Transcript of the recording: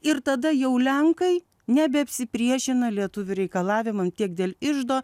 ir tada jau lenkai nebesipriešina lietuvių reikalavimam tiek dėl iždo